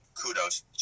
kudos